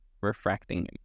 refracting